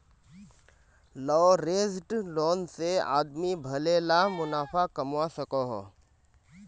leveraged loan से आदमी भले ला मुनाफ़ा कमवा सकोहो